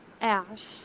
ash